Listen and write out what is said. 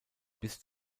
bis